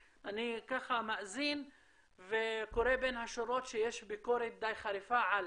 אני ככה מאזין וקורא בין השורות שיש ביקורת די חריפה על